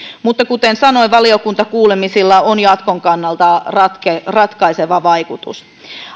mutta kuten sanoin valiokuntakuulemisilla on jatkon kannalta ratkaiseva ratkaiseva vaikutus